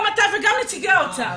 גם אתה וגם נציגי האוצר.